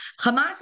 Hamas